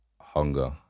hunger